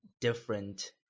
different